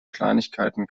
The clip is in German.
kleinigkeiten